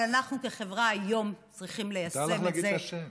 אבל אנחנו כחברה היום צריכים ליישם את זה.